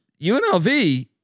UNLV